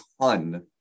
ton